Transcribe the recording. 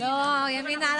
כ"ז בסיוון התשפ"ב.